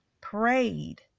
prayed